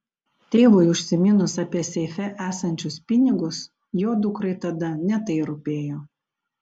tėvui užsiminus apie seife esančius pinigus jo dukrai tada ne tai rūpėjo